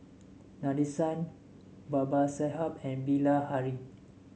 Nadesan Babasaheb and Bilahari